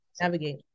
navigate